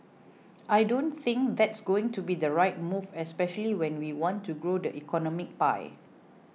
I don't think that's going to be the right move especially when we want to grow the economic pie